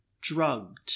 drugged